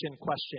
question